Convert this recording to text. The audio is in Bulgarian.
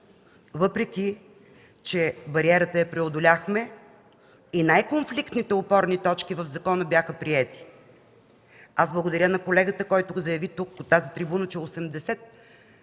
въпреки че бариерата я преодоляхме и най-конфликтните опорни точки в закона бяха приети. Аз благодаря на колегата, който го заяви тук, от тази трибуна – че 80